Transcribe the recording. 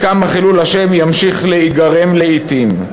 כמה חילול השם ימשיך להיגרם לעתים.